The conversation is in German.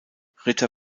ritter